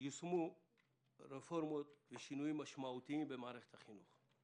יושמו רפורמות ושינויים משמעותיים במערכת החינוך.